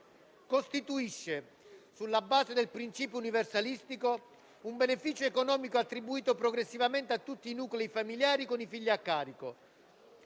costituisce, sulla base del principio universalistico, un beneficio economico attribuito progressivamente a tutti i nuclei familiari con i figli a carico,